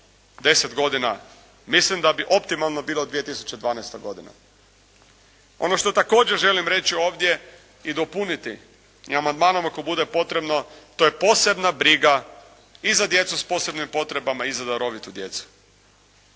deset godina. Mislim da bi optimalno bilo 2012. godina. Ono što također želim reći ovdje i dopuniti i amandmanom ako bude potrebno to je posebna briga i za djecu s posebnim potrebama i za darovitu djecu.